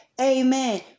Amen